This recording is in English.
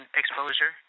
exposure